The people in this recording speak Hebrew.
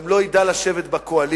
גם לא ידע לשבת בקואליציה,